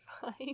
fine